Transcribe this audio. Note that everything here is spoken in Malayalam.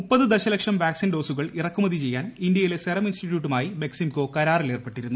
മുപ്പത് ദശലക്ഷം വാക്സിൻ ഡോസുകൾ ഇറക്കുമതി ചെയ്യാൻ ഇന്ത്യയിലെ സെറം ഇൻസ്റ്റിറ്യൂട്ടുമായി ബെക് സിംകോ കരാറിൽ ഏർപ്പെട്ടിരുന്നു